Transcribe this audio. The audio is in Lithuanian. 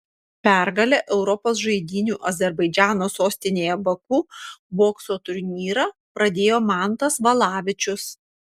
pergale europos žaidynių azerbaidžano sostinėje baku bokso turnyrą pradėjo mantas valavičius